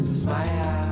smile